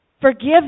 Forgive